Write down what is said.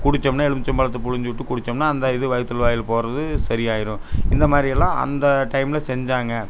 குடிச்சம்னா எலும்பிச்சம்பழத்த பிழிஞ்சிவுட்டு குடிச்சம்னா அந்த இது வயித்துல வாயில் போகிறது சரி ஆயிடும் இந்த மாதிரியெல்லாம் அந்த டைம்ல செஞ்சாங்க